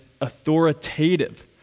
authoritative